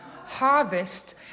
Harvest